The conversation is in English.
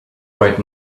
right